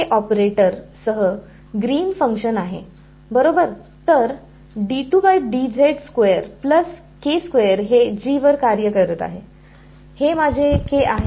हे या ऑपरेटरसह ग्रीन्स फंक्शनGreen's function आहे बरोबर तर हे वर कार्य करत आहे हे माझे आहे